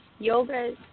Yoga